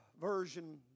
version